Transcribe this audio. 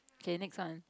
okay next one